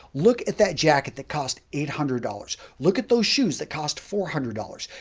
look at that jacket that cost eight hundred dollars. look at those shoes that cost four hundred dollars.